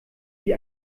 wie